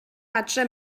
adre